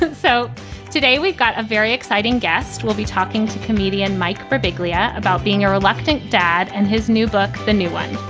and so today we've got a very exciting guest. we'll be talking to comedian mike birbiglia about being a reluctant dad and his new book, the new one.